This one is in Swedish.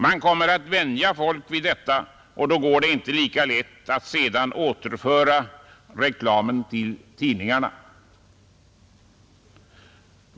Man kommer att vänja folk vid detta, och sedan går det inte lika lätt att återföra reklamen till tidningarna.